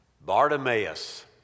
Bartimaeus